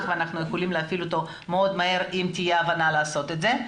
ואנחנו יכולים להפעיל אותו מהר מאוד אם תהיה הבנה לעשות זאת?